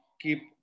keep